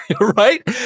right